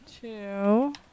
two